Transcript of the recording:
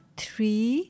three